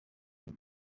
they